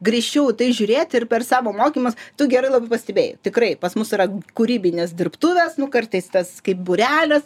griežčiau į tai žiūrėt ir per savo mokymus tu gerai labai pastebėjai tikrai pas mus yra kūrybinės dirbtuvės nu kartais tas kaip būrelis